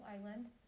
island